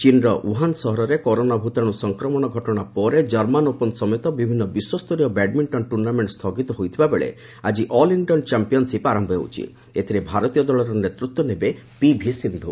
ଚୀନର ଉହାନ୍ ସହରରେ କରୋନା ଭୂତାଣୁ ସଂକ୍ରମଣ ଘଟଣା ପରେ କର୍ମାନ ଓପନ ସମେତ ବିଭିନ୍ନ ବିଶ୍ୱସରୀୟ ବ୍ୟାଡମିଣ୍ଟନ ଟୁର୍ଣ୍ଣାମେଣ୍ଟ ସ୍ଥଗିତ ହୋଇଥିଲାବେଳେ ଆଜି ଅଲ୍ ଇଂଲଣ୍ଡ ଚମ୍ପିୟାନ୍ସିପ୍ରେ ଭାରତୀୟ ଦଳର ନେତୃତ୍ୱ ନେବେ ପିଭି ସିନ୍ଧୁ